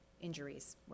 injuries